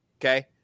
Okay